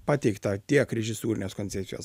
pateiktą tiek režisūrinės koncepcijos